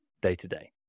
day-to-day